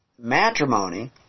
Matrimony